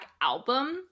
album